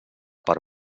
per